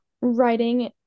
writing